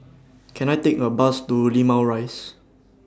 Can I Take A Bus to Limau Rise